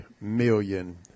million